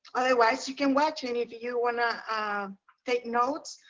otherwise, you can watch and if you you wanna ah take notes,